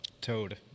Toad